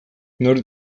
nor